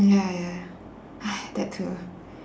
ya ya that too